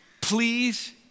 please